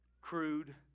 Crude